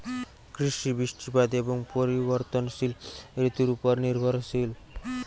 কৃষি বৃষ্টিপাত এবং পরিবর্তনশীল ঋতুর উপর নির্ভরশীল